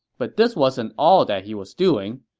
but this wasn't all that he was doing.